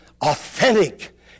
authentic